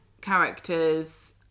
characters